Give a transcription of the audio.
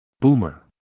Boomer